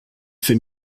fait